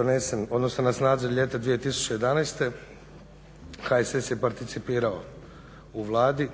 donesen odnosno na snazi od ljeta 2011. HSS je participirao u Vladi,